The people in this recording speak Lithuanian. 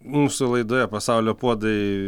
mūsų laidoje pasaulio puodai